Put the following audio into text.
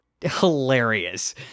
hilarious